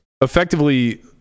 effectively